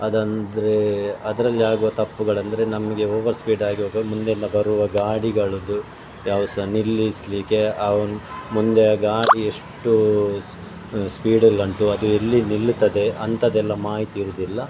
ಅದಂದರೆ ಅದರಲ್ಲಾಗುವ ತಪ್ಪುಗಳೆಂದ್ರೆ ನಮಗೆ ಓವರ್ ಸ್ಪೀಡಾಗಿ ಹೋಗುವಾಗ ಮುಂದೆಯಿಂದ ಬರುವ ಗಾಡಿಗಳದ್ದು ಯಾವ್ದು ಸಹ ನಿಲ್ಲಿಸಲಿಕ್ಕೆ ಅವ್ನ ಮುಂದೆ ಗಾಡಿ ಎಷ್ಟು ಸ್ಪೀಡಲ್ಲುಂಟು ಅದು ಎಲ್ಲಿ ನಿಲ್ತದೆ ಅಂಥದ್ದೆಲ್ಲ ಮಾಹಿತಿ ಇರುವುದಿಲ್ಲ